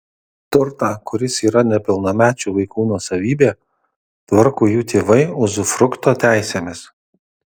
turtą kuris yra nepilnamečių vaikų nuosavybė tvarko jų tėvai uzufrukto teisėmis